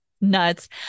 nuts